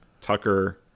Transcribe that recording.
Tucker